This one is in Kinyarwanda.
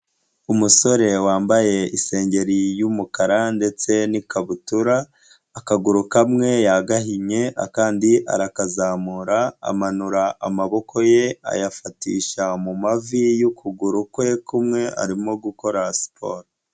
Umusore wambaye isengeri y'umukara, ndetse n'ikabutura. Akaguru kamwe yagahinye akandi arakazamura, amanura amaboko ye ayafatisha mu mavi y'ukuguru kwe kumwe, arimo gukora siporo.